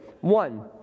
One